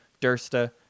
Dursta